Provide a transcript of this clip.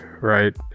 right